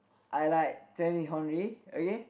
I like Thierry-Henry okay